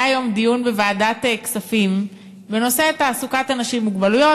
היה היום דיון בוועדת כספים בנושא תעסוקת אנשים עם מוגבלויות.